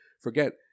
Forget